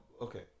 okay